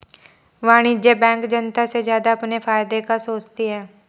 वाणिज्यिक बैंक जनता से ज्यादा अपने फायदे का सोचती है